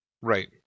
Right